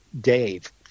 Dave